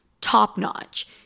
top-notch